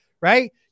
right